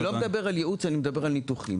אני לא מדבר על ייעוץ, אני מדבר על ניתוחים.